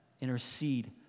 Intercede